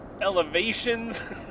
elevations